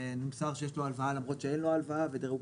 שנמסר שיש לו הלוואה למרות שאין לו הלוואה ודירוג